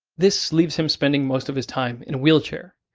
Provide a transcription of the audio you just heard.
this leaves him spending most of his time in a wheelchair.